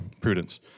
prudence